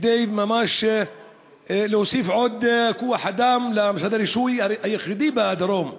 כדי להוסיף עוד כוח-אדם למשרד הרישוי היחיד בדרום,